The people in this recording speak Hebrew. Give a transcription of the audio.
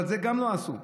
אבל גם זה לא עשו,